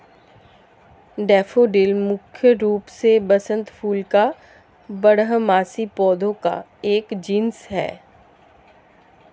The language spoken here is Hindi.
डैफ़ोडिल मुख्य रूप से वसंत फूल बारहमासी पौधों का एक जीनस है